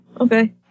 Okay